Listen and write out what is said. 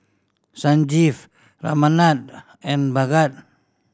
Sanjeev Ramanand and Bhagat